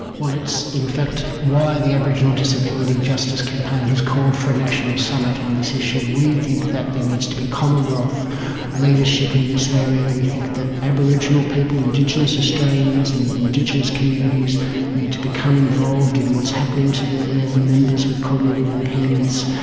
well, it's in fact why the aboriginal disability justice campaign has called for a national summit on this issue. we think that there needs to be commonwealth leadership in this area, we think that aboriginal people, indigenous australians and the indigenous communities need to become involved in what's happening to their members with cognitive impairments.